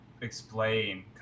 explain